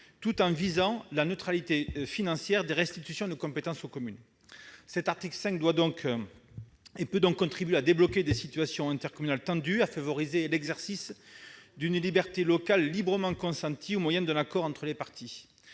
tout en visant la neutralité financière des restitutions de compétences aux communes. Cet article peut donc contribuer à débloquer des situations intercommunales tendues et à favoriser l'exercice d'une liberté locale au moyen d'un accord entre les parties.